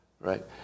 right